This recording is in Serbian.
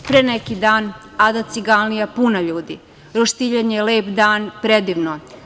Pre neki dan – Ada Ciganlija – puna ljudi, roštiljanje, lep dan, predivno.